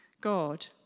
God